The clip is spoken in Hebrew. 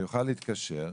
יוכל להתקשר,